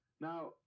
Now